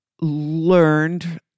learned